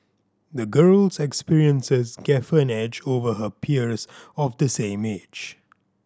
the girl's experiences gave her an edge over her peers of the same age